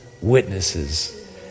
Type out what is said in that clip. witnesses